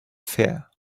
fear